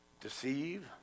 deceive